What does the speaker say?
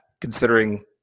considering